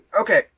Okay